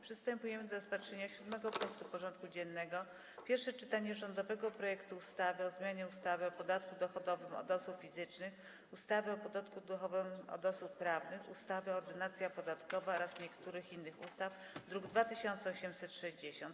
Przystępujemy do rozpatrzenia punktu 7. porządku dziennego: Pierwsze czytanie rządowego projektu ustawy o zmianie ustawy o podatku dochodowym od osób fizycznych, ustawy o podatku dochodowym od osób prawnych, ustawy Ordynacja podatkowa oraz niektórych innych ustaw (druk nr 2860)